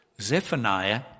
Zephaniah